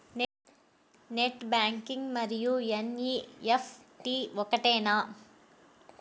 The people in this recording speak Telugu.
నెట్ బ్యాంకింగ్ మరియు ఎన్.ఈ.ఎఫ్.టీ ఒకటేనా?